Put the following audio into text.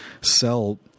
sell